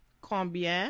Combien